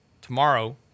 Tomorrow